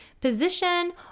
position